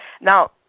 Now